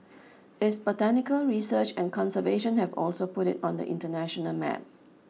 its botanical research and conservation have also put it on the international map